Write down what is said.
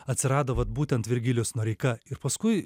atsirado vat būtent virgilijus noreika ir paskui